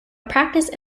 practice